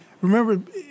remember